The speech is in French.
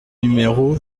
numéro